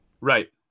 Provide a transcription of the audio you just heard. Right